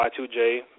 Y2J